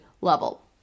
level